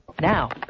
Now